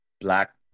Black